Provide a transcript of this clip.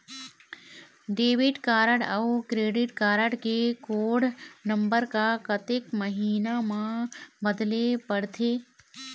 Debit card अऊ credit card के code number ला कतक महीना मा बदले पड़थे?